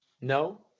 No